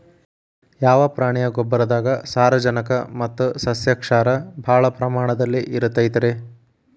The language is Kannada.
ಯಾವ ಪ್ರಾಣಿಯ ಗೊಬ್ಬರದಾಗ ಸಾರಜನಕ ಮತ್ತ ಸಸ್ಯಕ್ಷಾರ ಭಾಳ ಪ್ರಮಾಣದಲ್ಲಿ ಇರುತೈತರೇ?